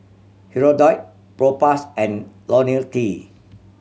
Hirudoid Propass and Lonil T